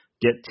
get